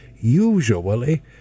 usually